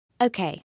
Okay